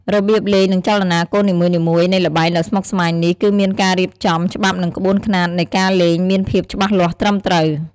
របៀបលេង និងចលនាកូននីមួយៗ នៃល្បែងដ៏ស្មុគស្មាញនេះគឺមានការរៀបចំ ច្បាប់និងក្បួនខ្នាតនៃការលេងមានភាពច្បាស់លាស់ត្រឹមត្រូវ។